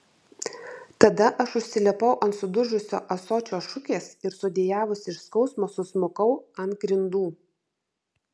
tada aš užsilipau ant sudužusio ąsočio šukės ir sudejavusi iš skausmo susmukau ant grindų